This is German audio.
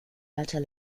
walter